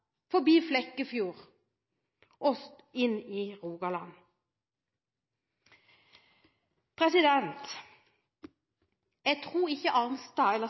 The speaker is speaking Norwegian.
forbi Fjekkefjord og inn i Rogaland? Jeg tror ikke statsråd Arnstad